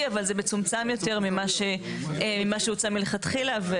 אבל זה מצומצם יותר ממה שהוצע מלכתחילה.